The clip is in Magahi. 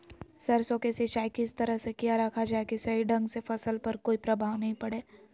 सरसों के सिंचाई किस तरह से किया रखा जाए कि सही ढंग से फसल पर कोई प्रभाव नहीं पड़े?